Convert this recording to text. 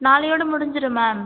நாளையோட முடிஞ்சிரும் மேம்